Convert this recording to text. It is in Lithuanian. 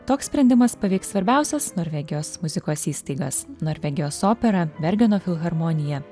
toks sprendimas paveiks svarbiausias norvegijos muzikos įstaigas norvegijos operą bergeno filharmoniją